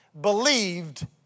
believed